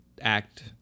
act